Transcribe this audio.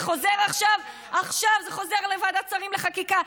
זה חוזר עכשיו, עכשיו זה חוזר לוועדת שרים לחקיקה,